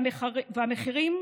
והמחירים,